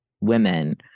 women